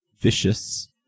Vicious